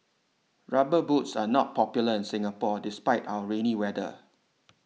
rubber boots are not popular in Singapore despite our rainy weather